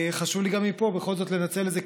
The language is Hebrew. חשוב לי גם מפה בכל זאת לנצל את זה,